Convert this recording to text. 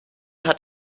hat